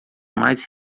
mais